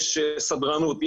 יש סדרנות,